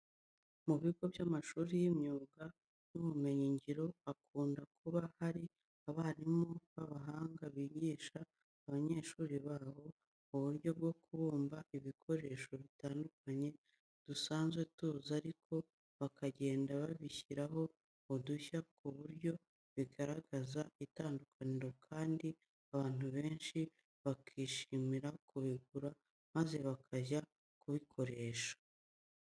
Mu bigo by'amashuri y'imyuga n'ubumenyingiro hakunda kuba hari abarimu b'abahanga bigisha abanyeshuri babo uburyo bwo kubumba ibikoresho bitandukanye dusanzwe tuzi ariko bakagenda babishyiraho udushya ku buryo bigaragaza itandukaniro kandi abantu benshi bakishimira kubigura maze bakajya kubikoresha.